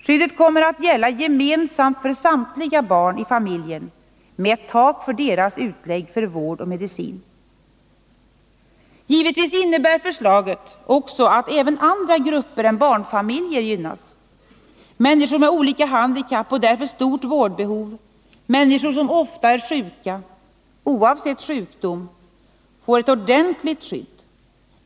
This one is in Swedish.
Skyddet kommer att gälla gemensamt för samtliga barn i familjen med ett tak för utläggen för deras vård och medicin. Givetvis innebär förslaget att också andra grupper än barnfamiljer gynnas. Människor som har olika handikapp och därför stort vårdbehov, människor som ofta är sjuka, oavsett sjukdom, får ett ordentligt skydd.